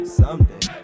someday